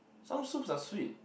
some soups are sweet